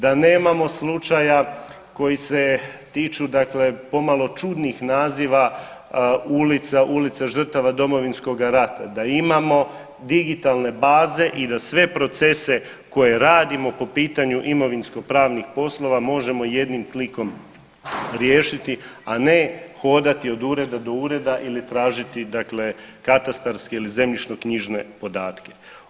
Da nemamo slučaja koji se tiču dakle pomalo čudnih naziva ulica, Ulica žrtava Domovinskoga rata, da imamo digitalne baze i da sve procese koje radimo po pitanju imovinsko pravnih poslova možemo jednim klikom riješiti, a ne hodati od ureda do ureda ili tražiti dakle katastarske ili zemljišnoknjižne podatke.